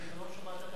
לא שמעת את התשובה שלי?